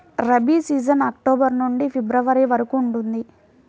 rabi season October నుండి February వరకు ఉంటుంది